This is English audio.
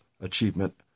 achievement